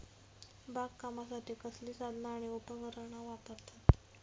बागकामासाठी कसली साधना आणि उपकरणा वापरतत?